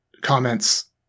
comments